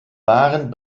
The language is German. waren